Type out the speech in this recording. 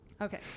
Okay